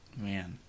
Man